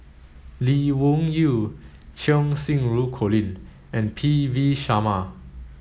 Lee Wung Yew Cheng Xinru Colin and P V Sharma